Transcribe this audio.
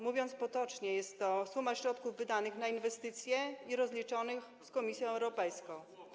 Mówiąc potocznie, jest to suma środków wydanych na inwestycje i rozliczonych z Komisją Europejską.